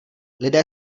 lidé